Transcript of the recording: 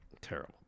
Terrible